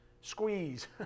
squeeze